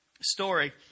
story